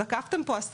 בהתחלה לקחתם כאן 10